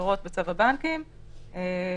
גם של רישום של פרטים לפי סעיף 3 וגם